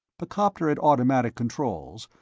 the copter had automatic controls,